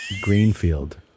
Greenfield